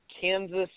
Kansas